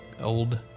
old